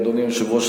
אדוני היושב-ראש,